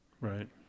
right